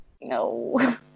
No